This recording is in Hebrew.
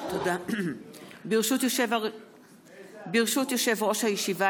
ברשות יושב-ראש הישיבה,